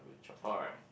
twelve alright